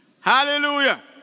Hallelujah